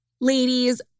Ladies